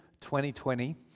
2020